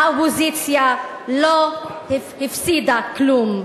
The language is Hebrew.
האופוזיציה לא הפסידה כלום.